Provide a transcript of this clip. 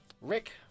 Rick